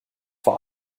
vor